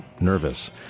nervous